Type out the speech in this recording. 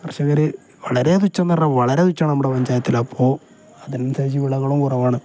കർഷർ വളരെ തുച്ഛം എന്നു പറഞ്ഞാൽ വളരെ തച്ഛമാണ് നമ്മുടെ പഞ്ചായത്തിൽ അപ്പോൾ അതിന് അനുസരിച്ചു വിളകളും കുറവാണ്